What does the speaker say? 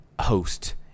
host